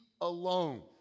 Alone